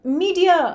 media